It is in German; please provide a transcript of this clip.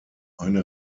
eine